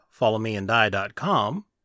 followmeanddie.com